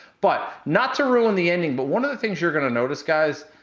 but, not to ruin the ending, but one of the things you're gonna notice, guys,